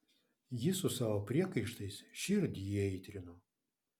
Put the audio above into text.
ji su savo priekaištais širdį įaitrino